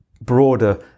broader